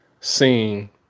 seeing